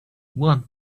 want